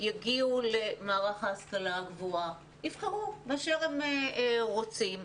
יגיעו למערך ההשכלה הגבוהה ויבחרו מה שהם רוצים.